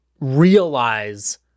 realize